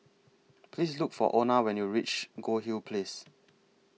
Please Look For Ona when YOU REACH Goldhill Place